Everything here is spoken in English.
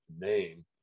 name